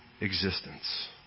existence